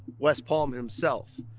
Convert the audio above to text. west palm himself.